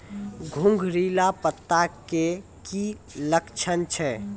घुंगरीला पत्ता के की लक्छण छै?